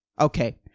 Okay